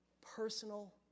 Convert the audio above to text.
personal